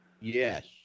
Yes